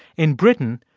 in britain,